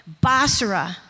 Basra